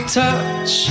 touch